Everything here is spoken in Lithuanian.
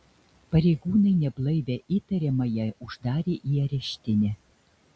pareigūnai neblaivią įtariamąją uždarė į areštinę